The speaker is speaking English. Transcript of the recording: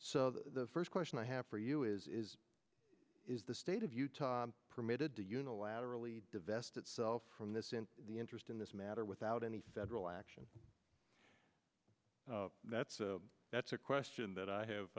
so the first question i have for you is is is the state of utah permitted to unilaterally divest itself from this in the interest in this matter without any federal action that's that's a question that i have